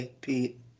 Pete